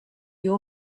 your